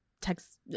text